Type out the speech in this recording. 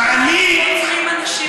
בשווייץ רוצחים אנשים בכבישים?